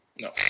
No